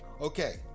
Okay